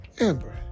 Amber